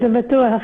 תודה.